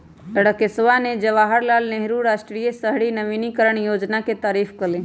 राकेशवा ने जवाहर लाल नेहरू राष्ट्रीय शहरी नवीकरण योजना के तारीफ कईलय